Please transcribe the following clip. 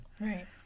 Right